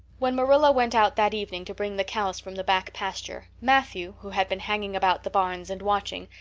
when marilla went out that evening to bring the cows from the back pasture, matthew, who had been hanging about the barns and watching,